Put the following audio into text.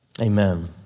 amen